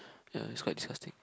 ya it's quite disgusting